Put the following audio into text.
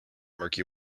murky